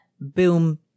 boom